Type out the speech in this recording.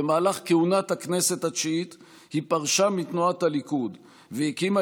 במהלך כהונת הכנסת התשיעית היא פרשה מתנועת הליכוד והקימה